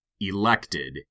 elected